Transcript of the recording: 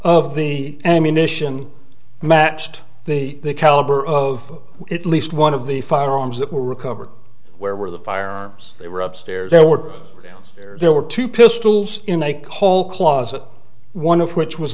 of the ammunition matched the caliber of it least one of the firearms that were recovered where were the firearms they were upstairs there were there were two pistols in a call closet one of which was